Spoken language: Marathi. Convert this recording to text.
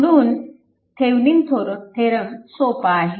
म्हणून थेविनिन थेरम सोपा आहे